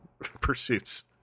pursuits